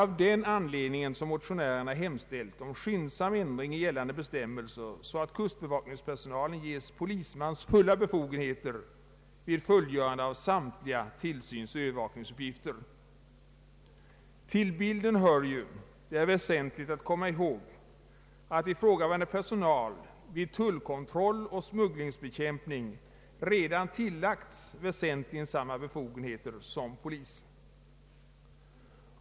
Av denna anledning har motionärerna hemställt om skyndsam ändring i gällande bestämmelser, så att kustbevakningspersonalen ges polismans fulla befogenheter vid fullföljande av samtliga tillsynsoch övervakningsuppgifter. Till bilden hör — det är väsentligt att komma ihåg — att ifrågavarande personal vid tullkontroll och smugglingsbekämpning redan tillagts väsentligen samma befogenheter som polisman.